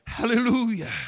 Hallelujah